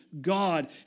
God